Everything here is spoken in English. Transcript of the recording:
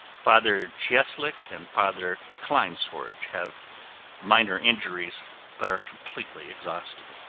father cieslik and father kleinsorge have minor injuries but are completely exhausted.